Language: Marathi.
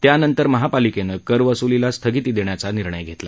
त्यानंतर महापालिकेनं करवस्लीला स्थगिती देण्याचा निर्णय झाला